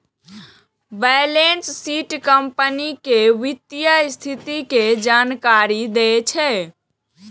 balance sheet company के वित्तीय स्थिति के जानकारी दै छै